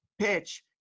PITCH